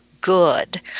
good